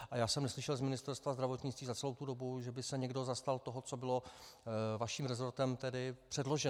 A já jsem neslyšel z Ministerstva zdravotnictví za celou dobu, že by se někdo zastal toho, co bylo vaším rezortem předloženo.